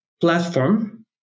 platform